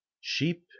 Sheep